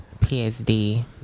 psd